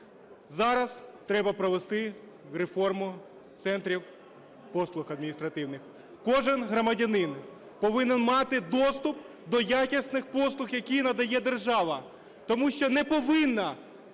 Зараз треба провести реформу центрів послуг адміністративних. Кожен громадянин повинен мати доступ до якісних послуг, які надає держава, тому що не повинна